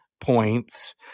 Points